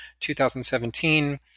2017